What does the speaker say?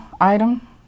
item